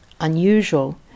unusual